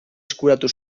eskuratu